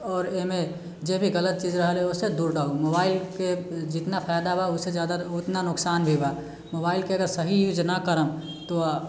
आओर एहिमे जेभी गलत चीज रहलै ओहिसँ दूर रहु मोबाइलके जितना फायदा बा ओहिसँ जादा ओतना नुकसान भी बा मोबाइलके अगर सही यूज नहि करब तऽ